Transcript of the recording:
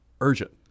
urgent